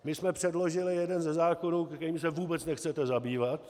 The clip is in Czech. My jsme předložili jeden ze zákonů, kterým se vůbec nechcete zabývat.